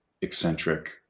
eccentric